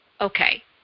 okay